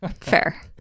fair